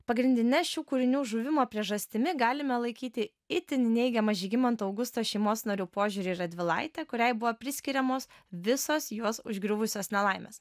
pagrindine šių kūrinių žuvimo priežastimi galime laikyti itin neigiamą žygimanto augusto šeimos narių požiūrį į radvilaitę kuriai buvo priskiriamos visos juos užgriuvusios nelaimės